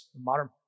Modern